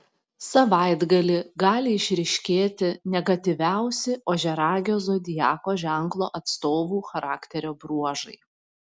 savaitgalį gali išryškėti negatyviausi ožiaragio zodiako ženklo atstovų charakterio bruožai